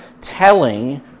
telling